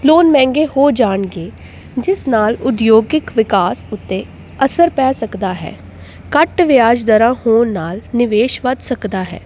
loan ਮਹਿੰਗੇ ਹੋ ਜਾਣਗੇ ਜਿਸ ਨਾਲ ਉਦੋਗਿਕ ਵਿਕਾਸ ਉੱਤੇ ਅਸਰ ਪੈ ਸਕਦਾ ਹੈ ਘੱਟ ਵਿਆਜ ਦਰਾਂ ਹੋਣ ਨਾਲ ਨਿਵੇਸ਼ ਵੱਧ ਸਕਦਾ ਹੈ